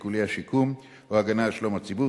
שיקולי השיקום או הגנה על שלום הציבור,